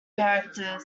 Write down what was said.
character